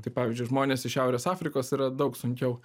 tai pavyzdžiui žmonės iš šiaurės afrikos yra daug sunkiau